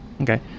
Okay